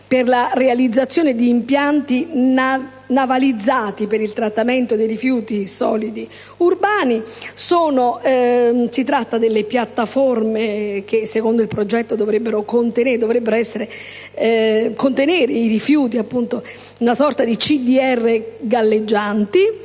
per la realizzazione di impianti navalizzati per il trattamento dei rifiuti solidi urbani. Si tratta di piattaforme, che secondo il progetto dovrebbero contenere i rifiuti, una sorta di CDR galleggianti.